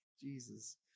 Jesus